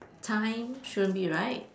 time shouldn't be right